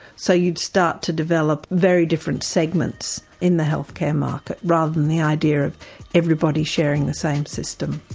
so you'd start to develop very different segments in the health care market, rather than the idea of everybody sharing the same system.